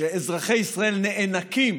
כשאזרחי ישראל נאנקים